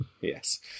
yes